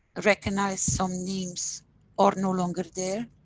recognize, some names are no longer there,